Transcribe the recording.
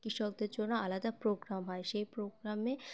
কৃষকদের জন্য আলাদা প্রোগ্রাম হয় সেই প্রোগ্রামে